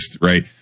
right